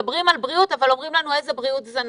מדברים על בריאות אבל אומרים לנו איזה בריאות זה נכון.